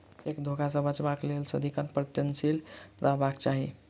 cheque धोखा सॅ बचबाक लेल सदिखन प्रयत्नशील रहबाक चाही